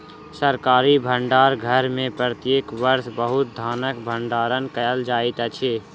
सरकारी भण्डार घर में प्रत्येक वर्ष बहुत धानक भण्डारण कयल जाइत अछि